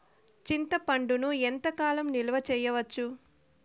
చింతపండును ఎంత కాలం నిలువ చేయవచ్చు?